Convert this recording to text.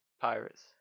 pirates